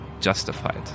justified